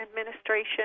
Administration